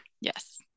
Yes